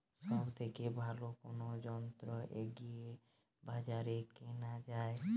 সব থেকে ভালো কোনো যন্ত্র এগ্রি বাজারে কেনা যায়?